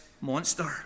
monster